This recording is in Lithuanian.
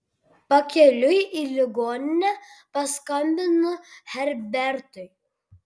pakeliui į ligoninę paskambinu herbertui